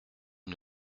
une